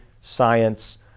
science